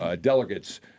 delegates